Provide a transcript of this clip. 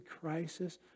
crisis